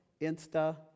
Insta